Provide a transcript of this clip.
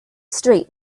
street